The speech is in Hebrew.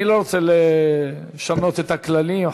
אני לא רוצה לשנות את הכללים.